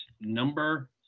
number